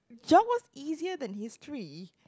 geog was easier than history